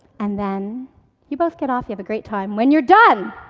and then you both get off, you have a great time. when you're done,